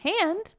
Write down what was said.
hand